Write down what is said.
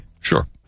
Sure